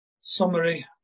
Summary